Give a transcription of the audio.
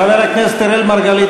חבר הכנסת אראל מרגלית,